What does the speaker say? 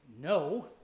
no